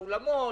האולמות,